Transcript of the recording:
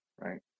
right